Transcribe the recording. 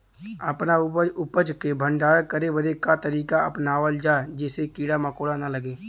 अपना उपज क भंडारन करे बदे का तरीका अपनावल जा जेसे कीड़ा मकोड़ा न लगें?